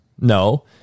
No